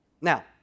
Now